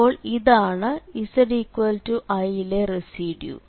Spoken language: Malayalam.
അപ്പോൾ ഇതാണ് zi യിലെ റെസിഡ്യൂ